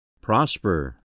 Prosper